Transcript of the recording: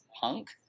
punk